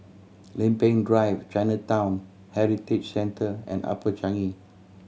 Lempeng Drive Chinatown Heritage Centre and Upper Changi